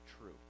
true